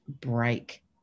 break